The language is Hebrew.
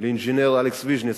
לאינג'ינר אלכס ויז'ניצר,